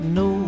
no